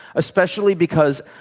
especially because,